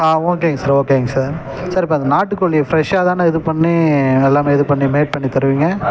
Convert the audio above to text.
ஆ ஓகேங்க சார் ஓகேங்க sir sir இப்போ அந்த நாட்டுக்கோழியை ஃபிரெஷ்ஷாகதான இது பண்ணி எல்லாமே இது பண்ணி மேட் பண்ணி தருவீங்க